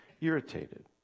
irritated